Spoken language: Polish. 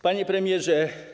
Panie Premierze!